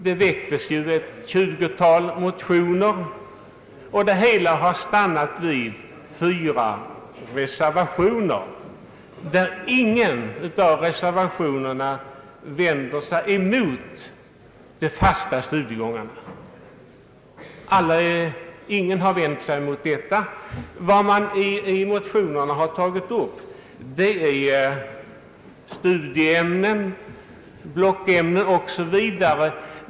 Det väcktes ett 20-tal motio ner, men det har stannat vid fyra reservationer, och ingen av reservationerna går emot de fasta studiegångarna. I motionerna har tagits upp frågor som rör studieämnen, blockämnen osv.